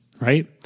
Right